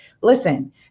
Listen